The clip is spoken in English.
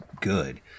good